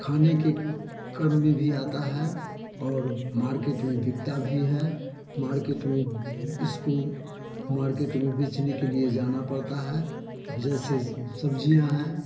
खाने के काम भी आता है और मार्केट में बिकता भी है मार्केट में इसको मार्केट में बेचने के लिए जाना पड़ता है अब जैसे सब्जियां है